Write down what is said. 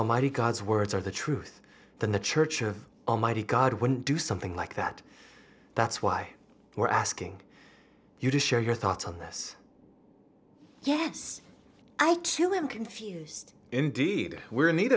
i might be god's words or the truth than the church of almighty god wouldn't do something like that that's why we're asking you to share your thoughts on this yes i too am confused indeed we are in need